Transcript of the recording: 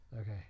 okay